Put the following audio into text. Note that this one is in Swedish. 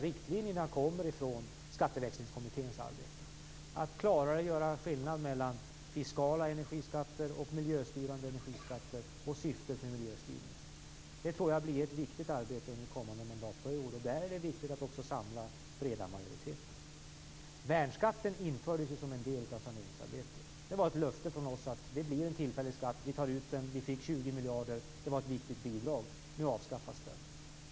Riktlinjerna kommer från Skatteväxlingskommitténs arbete, dvs. att klarare göra skillnad mellan fiskala energiskatter och miljöstyrande energiskatter och syftet med miljöstyrningen. Det blir ett viktigt arbete under kommande mandatperiod. Där är det viktigt att samla breda majoriteter. Värnskatten infördes som en del av saneringsarbetet. Det var ett löfte från oss att det skulle vara en tillfällig skatt. Vi fick 20 miljarder, och det var ett viktigt bidrag. Nu avskaffas den skatten.